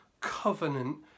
covenant